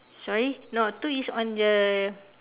sorry no two is on the